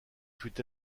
fut